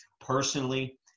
Personally